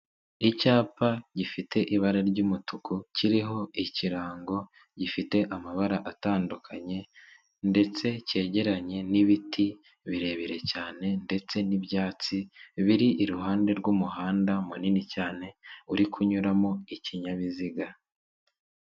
Icyapa gifite ibara ry'umutuku kiriho ikirango gifite amabara atandukanye, ndetse cyegeranye n'ibiti birebire cyane, ndetse n'ibyatsi biri iruhande rw'umuhanda, munini cyane uri kunyuramo ikinyabiziga.